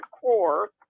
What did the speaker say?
core